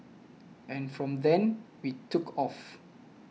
and from then we took off